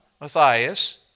Matthias